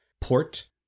port